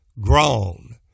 grown